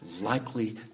likely